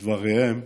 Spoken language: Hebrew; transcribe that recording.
את דבריהם,